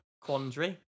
quandary